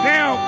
Now